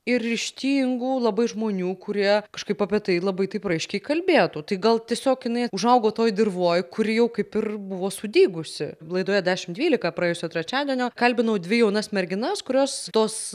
ir ryžtingų labai žmonių kurie kažkaip apie tai labai taip raiškiai kalbėtų tai gal tiesiog jinai užaugo toj dirvoj kuri jau kaip ir buvo sudygusi laidoje dešimt dvylika praėjusio trečiadienio kalbinau dvi jaunas merginas kurios tos